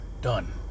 Done